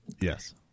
Yes